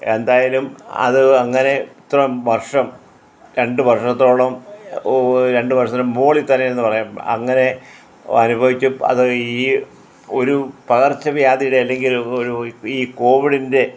എന്തായാലും അത് അങ്ങനെ ഇത്രയും വർഷം രണ്ട് വർഷത്തോളം ഒരു രണ്ട് വർഷത്തിന് മുകളിൽ തന്നെ എന്നു പറയാം അങ്ങനെ ആനുഭവിച്ച് അത് ഈ ഒരു പകർച്ച വ്യാധിയുടെ അല്ലെങ്കിൽ ഒരു ഈ കോവിഡിൻ്റെ